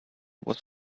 was